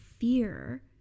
fear